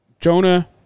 jonah